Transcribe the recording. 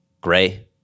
gray